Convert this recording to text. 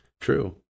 true